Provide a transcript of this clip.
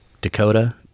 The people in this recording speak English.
dakota